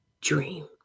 dream